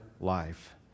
life